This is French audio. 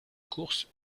course